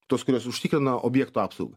tos kurios užtikrina objektų apsaugą